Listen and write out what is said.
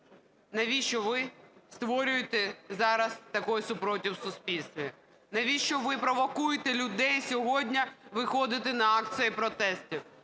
Навіщо ви створюєте зараз такий супротив в суспільстві? Навіщо ви провокуєте людей сьогодні виходити на акції протестів?